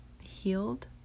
healed